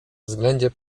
względzie